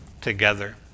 together